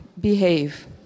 behave